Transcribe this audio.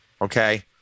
okay